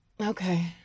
Okay